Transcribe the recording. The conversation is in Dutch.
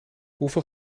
hoeveel